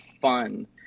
fun